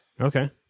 Okay